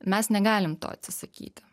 mes negalim to atsisakyti